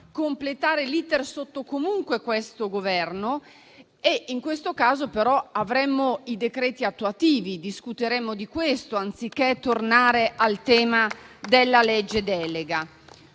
completare il suo *iter* sotto questo Governo, ma in questo caso avremmo i decreti attuativi e discuteremmo di questo, anziché tornare al tema della legge delega.